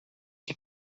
die